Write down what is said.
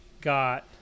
got